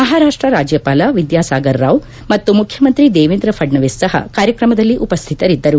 ಮಹಾರಾಷ್ಟ ರಾಜ್ಯಪಾಲ ವಿದ್ನಾಸಾಗರ್ ರಾವ್ ಮತ್ತು ಮುಖ್ಯಮಂತ್ರಿ ದೇವೇಂದ್ರ ಫಡ್ನವೀಸ್ ಸಪ ಕಾರ್ಯಕ್ರಮದಲ್ಲಿ ಉಪ್ಪುತರಿದ್ದರು